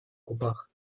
губах